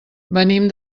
venim